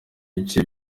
bice